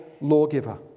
lawgiver